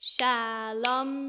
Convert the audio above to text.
Shalom